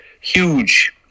huge